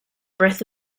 breath